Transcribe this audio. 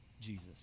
Jesus